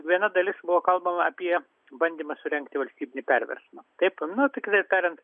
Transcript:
viena dalis buvo kalbama apie bandymą surengti valstybinį perversmą kaip nu tikrai tariant